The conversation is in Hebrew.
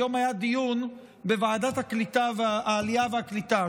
היום היה דיון בוועדת העלייה והקליטה,